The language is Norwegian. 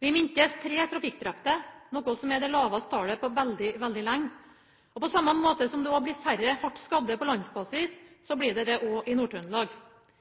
Vi mintes tre trafikkdrepte, noe som er det laveste tallet på veldig, veldig lenge. Og på samme måte som det blir færre hardt skadde på landsbasis, blir det også det i Nord-Trøndelag. Likevel må vi slå fast at 3 drepte i